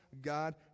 God